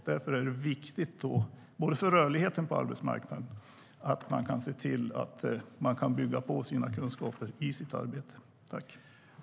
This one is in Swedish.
Och därför är det viktigt, både för rörligheten på arbetsmarknaden och individen, att man ska kunna bygga på sina kunskaper i sitt arbete.